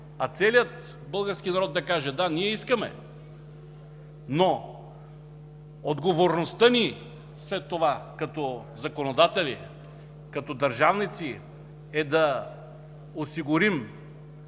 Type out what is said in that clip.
а целият български народ да каже: „Да, ние искаме!”. Но отговорността ни след това, като законодатели, като държавници, е да осигурим